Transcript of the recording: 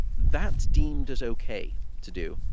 that's deemed as ok to do.